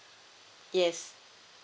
yes